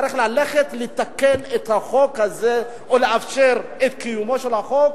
צריך ללכת לתקן את החוק הזה או לאפשר את קיומו של החוק